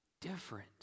different